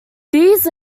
these